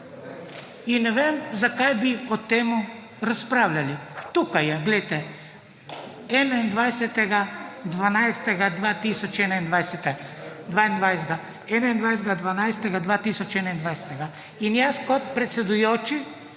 In ne vem, zakaj bi o tem razpravljali. Tukaj je, glejte, 21. 12. 2021**.** In jaz kot predsedujoči